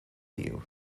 you